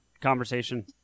conversation